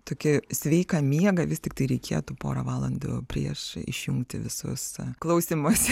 tokį sveiką miegą vis tiktai reikėtų porą valandų prieš išjungti visus klausymosi